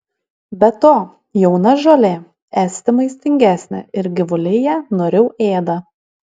be to jauna žolė esti maistingesnė ir gyvuliai ją noriau ėda